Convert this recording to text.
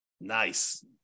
Nice